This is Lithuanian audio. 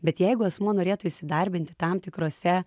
bet jeigu asmuo norėtų įsidarbinti tam tikrose